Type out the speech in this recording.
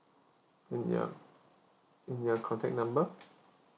and your and your contact number